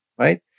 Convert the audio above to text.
Right